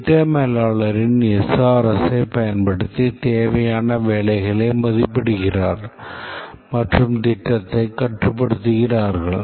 திட்ட மேலாளர்கள் SRSஸைப் பயன்படுத்தி தேவையான வேலைகளை மதிப்பிடுகிறார்கள் மற்றும் திட்டத்தைக் கட்டுப்படுத்துகிறார்கள்